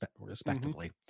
respectively